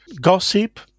gossip